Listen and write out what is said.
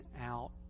out